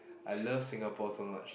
I love Singapore so much